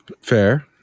Fair